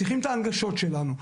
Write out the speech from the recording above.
צריכים את ההנגשות שלנו,